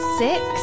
six